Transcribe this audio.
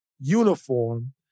uniform